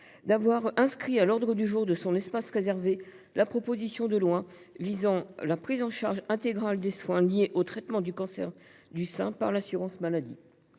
d’avoir inscrit à l’ordre du jour de son espace réservé la proposition de loi visant la prise en charge intégrale des soins liés au traitement du cancer du sein par l’assurance maladie.